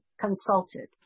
consulted